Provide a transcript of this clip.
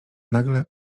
nagle